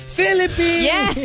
Philippines